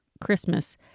Christmas